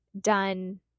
done